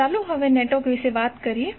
ચાલો હવે નેટવર્ક વિશે વાત કરીએ